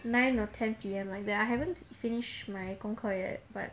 nine or ten P_M like that I haven't finish my 功课 yet quite but